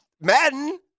Madden